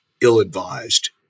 ill-advised